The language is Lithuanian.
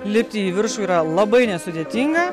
lipti į viršų yra labai nesudėtinga